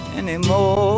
anymore